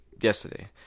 yesterday